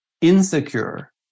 insecure